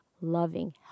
loving